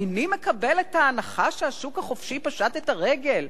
"איני מקבל את ההנחה שהשוק החופשי פשט את הרגל"